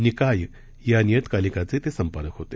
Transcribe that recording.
निकाय या नियतकालिकाचे ते संपादक होते